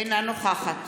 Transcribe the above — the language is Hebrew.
אינה נוכחת